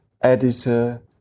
editor